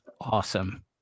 awesome